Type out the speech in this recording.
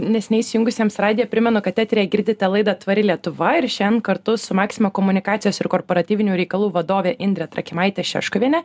neseniai įsijungusiems radiją primenu kad eteryje girdite laidą tvari lietuva ir šian kartu su maxima komunikacijos ir korporatyvinių reikalų vadove indre trakimaite šeškuviene